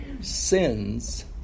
sins